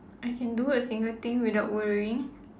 I can do a single thing without worrying